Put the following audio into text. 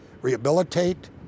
rehabilitate